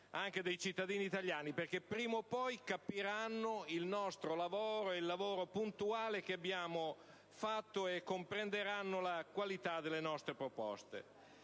anche dei cittadini italiani, perché prima o poi essi capiranno il lavoro puntuale che abbiamo fatto e comprenderanno la qualità delle nostre proposte.